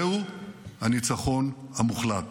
זהו הניצחון המוחלט,